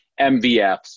MVFs